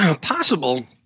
Possible